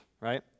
right